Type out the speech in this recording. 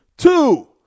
Two